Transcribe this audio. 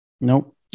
Nope